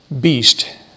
beast